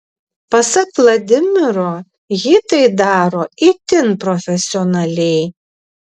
pasak vladimiro ji tai daro itin profesionaliai